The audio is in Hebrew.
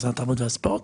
משרד התרבות והספורט.